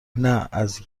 نه، از